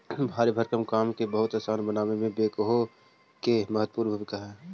भारी भरकम काम के बहुत असान बनावे में बेक्हो के महत्त्वपूर्ण भूमिका हई